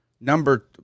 number